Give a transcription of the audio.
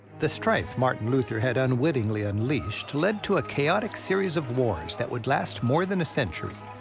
the strife martin luther had unwittingly unleashed led to a chaotic series of wars that would last more than a century.